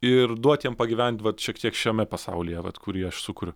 ir duot jiem pagyventi vat šiek tiek šiame pasaulyje vat kurį aš sukuriu